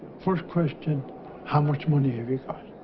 first question how much money here because